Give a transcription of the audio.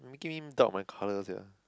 making me doubt my color sia